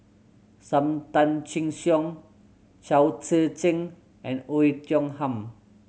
Sam Tan Chin Siong Chao Tzee Cheng and Oei Tiong Ham